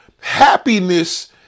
Happiness